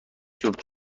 جفت